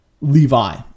Levi